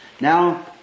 Now